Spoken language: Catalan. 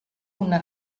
una